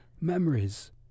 memories